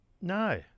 No